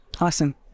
Awesome